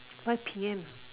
five PM